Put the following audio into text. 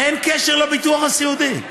אין קשר לביטוח הסיעודי.